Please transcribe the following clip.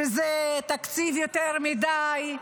שזה תקציב יותר מדי,